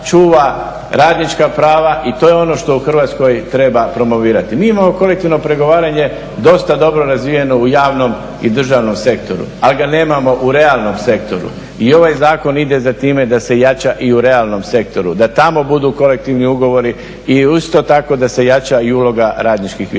čuva radnička prava i to je ono što u Hrvatskoj treba promovirati. Mi imamo kolektivno pregovaranje dosta dobro razvijeno u javnom i državnom sektoru ali ga nemamo u realnom sektoru i ovaj Zakon ide za time da se jača i u realnom sektoru, da tamo budu kolektivni ugovori i uz to tako da se jača i uloga radničkih vijeća.